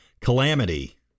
calamity